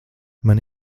man